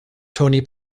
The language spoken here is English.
tony